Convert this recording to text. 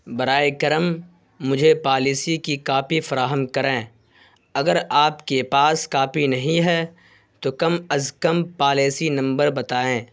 برائے کرم مجھے پالیسی کی کاپی فراہم کریں اگر آپ کے پاس کاپی نہیں ہے تو کم از کم پالیسی نمبر بتائیں